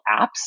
apps